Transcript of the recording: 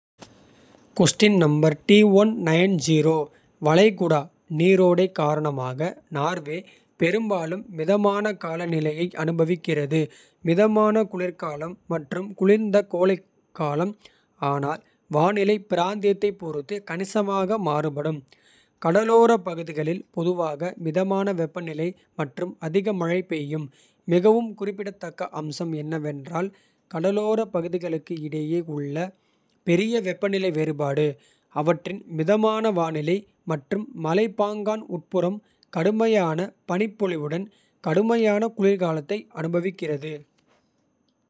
வளைகுடா நீரோடை காரணமாக நார்வே பெரும்பாலும். மிதமான காலநிலையை அனுபவிக்கிறது மிதமான. குளிர்காலம் மற்றும் குளிர்ந்த கோடைக்காலம். ஆனால் வானிலை பிராந்தியத்தைப் பொறுத்து கணிசமாக. மாறுபடும் கடலோரப் பகுதிகளில் பொதுவாக மிதமான. வெப்பநிலை மற்றும் அதிக மழை பெய்யும் மிகவும் குறிப்பிடத்தக்க. அம்சம் என்னவென்றால் கடலோரப் பகுதிகளுக்கு இடையே. உள்ள பெரிய வெப்பநிலை வேறுபாடு அவற்றின் மிதமான. வானிலை மற்றும் மலைப்பாங்கான உட்புறம் கடுமையான. பனிப்பொழிவுடன் கடுமையான குளிர்காலத்தை அனுபவிக்கிறது.